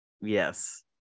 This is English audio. Yes